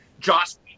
Joss